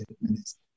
Minister